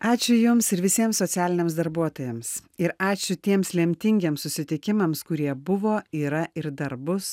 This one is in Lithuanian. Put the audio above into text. ačiū jums ir visiems socialiniams darbuotojams ir ačiū tiems lemtingiems susitikimams kurie buvo yra ir dar bus